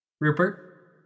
Rupert